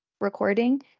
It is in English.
recording